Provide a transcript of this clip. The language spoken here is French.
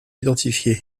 identifiées